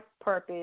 purpose